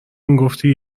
میگفتی